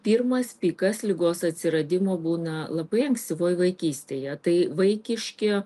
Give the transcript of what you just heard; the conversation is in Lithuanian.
pirmas pikas ligos atsiradimo būna labai ankstyvoj vaikystėje tai vaikiški